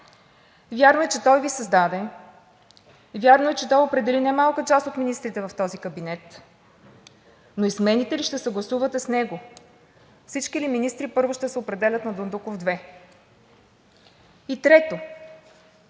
Вярно е, че той Ви създаде, вярно е, че той определи немалка част от министрите в този кабинет, но и смените ли ще съгласувате с него? Всички ли министри първо ще се определят на Дондуков 2? И трето,